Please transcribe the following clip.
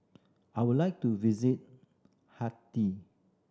I would like to visit Haiti